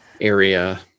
area